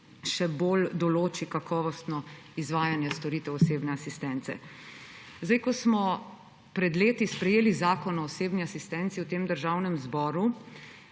še bolj določi kakovostno izvajanje storitev osebne asistence. Ko smo pred leti sprejeli Zakon o osebni asistenci v tem državnem zboru,